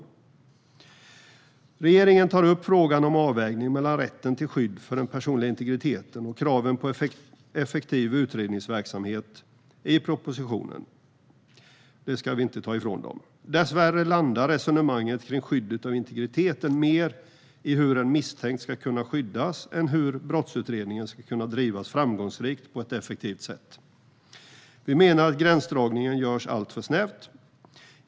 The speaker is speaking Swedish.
I propositionen tar regeringen upp frågan om avvägning mellan rätten till skydd för den personliga integriteten och kraven på effektiv utredningsverksamhet - det ska vi inte ta ifrån dem. Dessvärre landar resonemanget kring skyddet av integriteten mer i hur en misstänkt ska kunna skyddas än hur brottsutredningen ska kunna drivas framgångsrikt och på ett effektivt sätt. Vi menar att gränsdragningen görs alltför snävt.